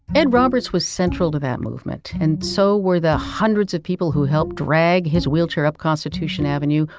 ed roberts was central to that movement. and so were the hundreds of people who helped drag his wheelchair up constitution avenue,